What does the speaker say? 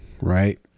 right